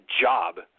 job